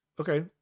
okay